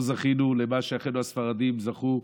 לא זכינו למה שאחינו הספרדים זכו,